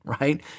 right